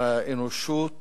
האנושות